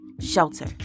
Shelter